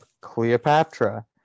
Cleopatra